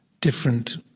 different